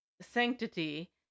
sanctity